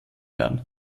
werden